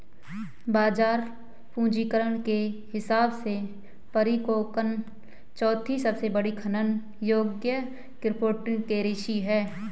बाजार पूंजीकरण के हिसाब से पीरकॉइन चौथी सबसे बड़ी खनन योग्य क्रिप्टोकरेंसी है